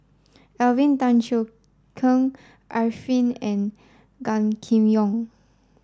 Alvin Tan Cheong Kheng Arifin and Gan Kim Yong